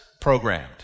programmed